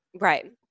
Right